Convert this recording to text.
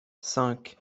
cinq